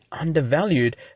undervalued